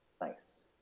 nice